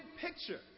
picture